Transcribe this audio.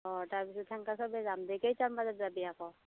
অঁ তাৰপিছত তেনেকৈ চবে যাম দে কেইটামান বজাত যাবি আকৌ